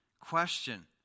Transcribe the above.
Question